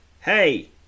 hey